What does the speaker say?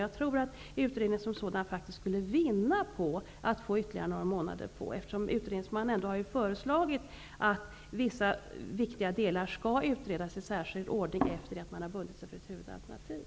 Jag tror att utredningen som sådan faktiskt skulle vinna på att få ytterligare några månader på sig. Utredningsmannen har ju föreslagit att vissa viktiga delar skall utredas i särskild ordning efter det att man har bundit sig för ett huvudalternativ.